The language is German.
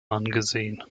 angesehen